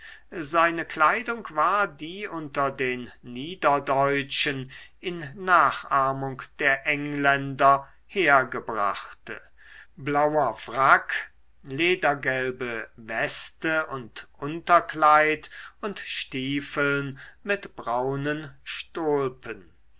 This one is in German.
seine kleidung war die unter den niederdeutschen in nachahmung der engländer hergebrachte blauer frack ledergelbe weste und unterkleider und stiefeln mit braunen stolpen